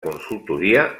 consultoria